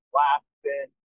laughing